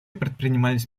предпринимались